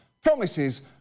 promises